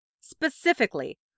Specifically